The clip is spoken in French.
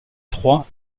trois